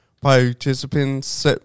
Participants